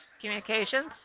Communications